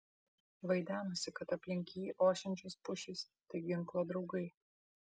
vaidenosi kad aplink jį ošiančios pušys tai ginklo draugai